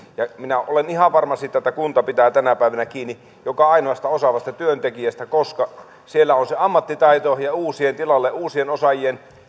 ja minä olen ihan varma siitä että kunta pitää tänä päivänä kiinni joka ainoasta osaavasta työntekijästä koska siellä on se ammattitaito ja tilalle uusien osaajien